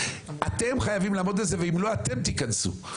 אתם חייבים לעמוד בזה ואם לא אתם תיקנסו.